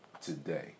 today